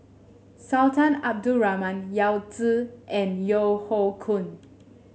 Sultan Abdul Rahman Yao Zi and Yeo Hoe Koon